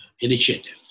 initiative